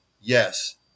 yes